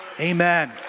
Amen